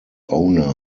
owner